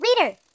Reader